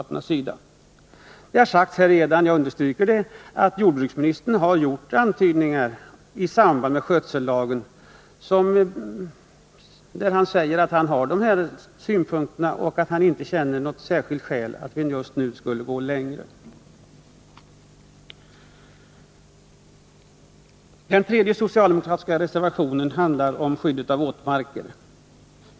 Det har redan sagts här — och jag vill understryka det — att jordbruksministern med anledning av den skötsellag som genomförts inte har funnit skäl att gå längre. Den tredje socialdemokratiska reservationen handlar om skyddet av våtmarker.